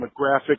demographic